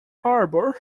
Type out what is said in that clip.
harbour